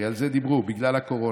הרי על זה דיברו, בגלל הקורונה,